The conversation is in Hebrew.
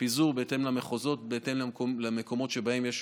בפיזור בהתאם למחוזות, בהתאם למקומות שבהם יש